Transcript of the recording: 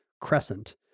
crescent